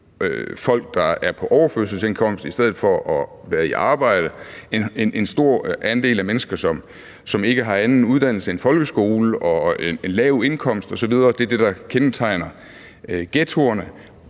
folk, der er på overførselsindkomst i stedet for at være i arbejde, en stor andel af mennesker, som ikke har anden uddannelse end folkeskole og har en lav indkomst osv. – det er det, der kendetegner ghettoerne